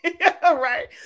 right